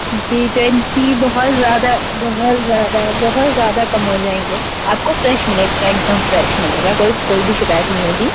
जी twenty बहुत ज़्यादा बहुत ज्यादा बहुत ज़्यादा कम हो जाएंगे आपको फ्रेश मिलेगा एक दम फ्रेश मिलेगा कोई कोई भी शिकायत नहीं होगी